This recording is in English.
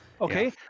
Okay